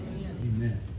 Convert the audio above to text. Amen